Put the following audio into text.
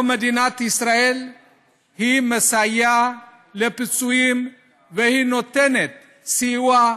פה מדינת ישראל מסייעת לפצועים ונותנת סיוע.